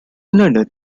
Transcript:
london